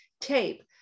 tape